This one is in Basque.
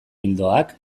ildoak